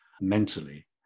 mentally